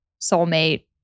soulmate